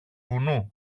βουνού